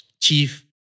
chief